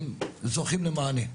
הם זוכים למענה.